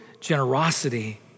generosity